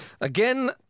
Again